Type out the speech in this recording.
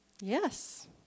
Yes